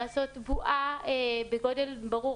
לעשות בועה בגודל ברור.